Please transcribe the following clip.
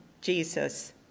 Jesus